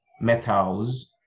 metals